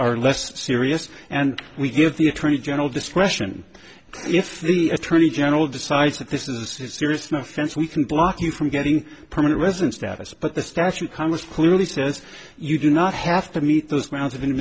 are less serious and we give the attorney general discretion if the attorney general decides that this is serious no offense we can block you from getting permanent resident status but the statute congress clearly says you do not have to meet those grounds